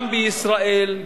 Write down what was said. גם בישראל,